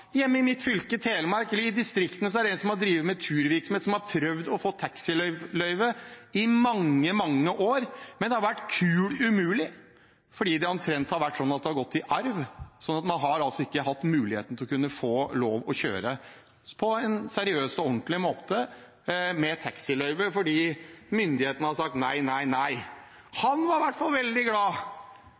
i mitt fylke, Telemark, eller i distriktene, er det en som har drevet med turvirksomhet som har prøvd å få taxiløyve i mange, mange år, men det har vært kul umulig fordi det omtrent har vært sånn at det har gått i arv. Man har ikke hatt muligheten til å få lov til å kjøre på en seriøs og ordentlig måte med taxiløyve, fordi myndighetene har sagt nei, nei, nei. Han var i hvert fall veldig glad